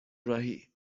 راهی